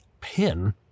Pin